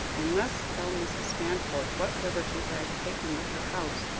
i must tell mrs. stanforth what liberties i have taken with her house,